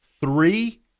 three